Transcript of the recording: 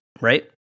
right